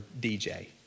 DJ